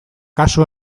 kasu